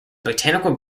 botanical